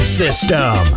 system